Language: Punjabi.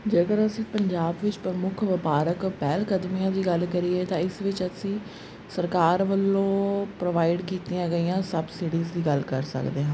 ਜੇਕਰ ਅਸੀਂ ਪੰਜਾਬ ਵਿੱਚ ਪ੍ਰਮੁੱਖ ਵਪਾਰਕ ਪਹਿਲ ਕਦਮੀਆਂ ਦੀ ਗੱਲ ਕਰੀਏ ਤਾਂ ਇਸ ਵਿੱਚ ਅਸੀਂ ਸਰਕਾਰ ਵੱਲੋਂ ਪ੍ਰੋਵਾਈਡ ਕੀਤੀਆਂ ਗਈਆਂ ਸਬਸਿਡੀਜ਼ ਦੀ ਗੱਲ ਕਰ ਸਕਦੇ ਹਾਂ